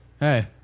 Hey